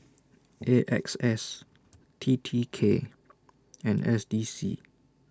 A X S T T K and S D C